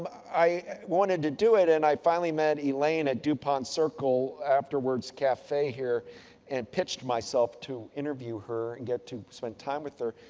i wanted to do it. and, i finally met elaine at dupont circle afterwards cafe here and pitched myself to interview here and get to spend time with her.